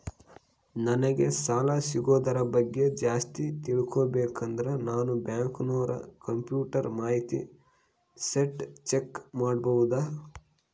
ನಂಗೆ ಸಾಲ ಸಿಗೋದರ ಬಗ್ಗೆ ಜಾಸ್ತಿ ತಿಳಕೋಬೇಕಂದ್ರ ನಾನು ಬ್ಯಾಂಕಿನೋರ ಕಂಪ್ಯೂಟರ್ ಮಾಹಿತಿ ಶೇಟ್ ಚೆಕ್ ಮಾಡಬಹುದಾ?